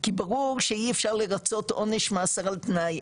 כי ברור שאי אפשר לרצות עונש מאסר על תנאי,